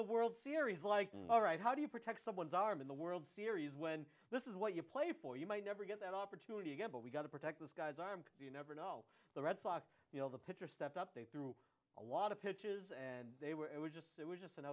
the world series like all right how do you protect someone's arm in the world series when this is what you play for you might never get that opportunity again but we got to protect this guy's arm you never know the red sox you know the pitcher stepped up they threw a lot of pitches and they were it was just it was just an